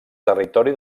territori